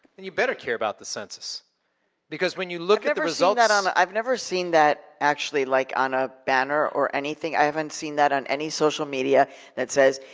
then you better care about the census because when you look at the results um i've never seen that actually like on a banner or anything. i haven't seen that on any social media that says,